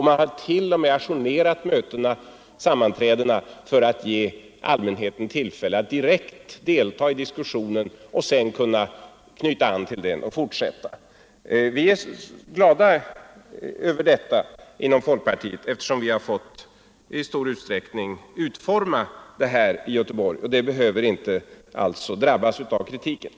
Man har t.o.m. ajournerat sammanträdena för att ge allmänheten tillfälle att direkt delta i diskussionen för att sedan kunna knyta an till den när man fortsätter sammanträdet. Vi är inom folkpartiet glada över detta, eftersom vi i stor utsträckning fått forma den ordning som praktiseras i Göteborg. Kommundelsråden i Göteborg drabbas alltså inte av kritiken.